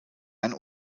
ein